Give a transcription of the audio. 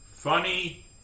Funny